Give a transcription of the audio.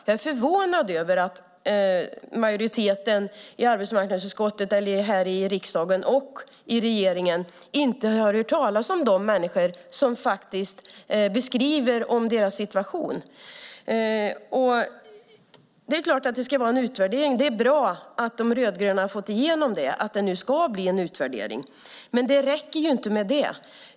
Jag är förvånad över att majoriteten i arbetsmarknadsutskottet eller här i riksdagen och i regeringen inte har hört talas om de människor som beskriver sin situation. Det är klart att det ska vara en utvärdering. Det är bra att De rödgröna har fått igenom att det nu ska bli en utvärdering. Men det räcker inte med det.